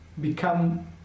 become